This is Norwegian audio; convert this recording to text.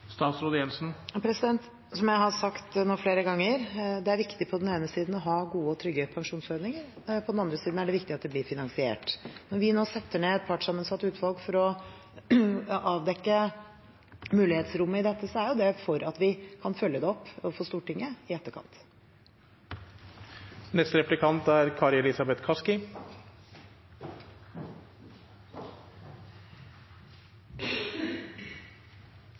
Som jeg har sagt nå flere ganger, er det viktig på den ene siden å ha gode og trygge pensjonsordninger. På den andre siden er det viktig at det blir finansiert. Når vi nå setter ned et partssammensatt utvalg for å avdekke mulighetsrommet i dette, er det for at vi kan følge det opp overfor Stortinget i etterkant.